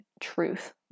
truth